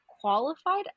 qualified